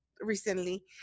recently